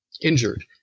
injured